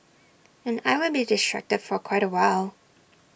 and I will be distracted for quite A while